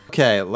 Okay